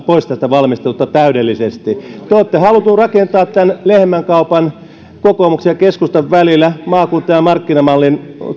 pois tästä valmistelusta täydellisesti te olette halunneet rakentaa tämän lehmänkaupan kokoomuksen ja keskustan välillä maakunta ja markkinamallin